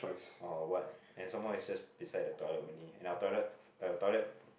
oh what and some more it's just beside the toilet only and our toilet our toilet